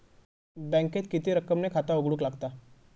बँकेत किती रक्कम ने खाता उघडूक लागता?